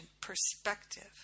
perspective